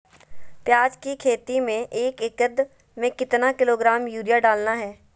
प्याज की खेती में एक एकद में कितना किलोग्राम यूरिया डालना है?